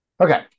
Okay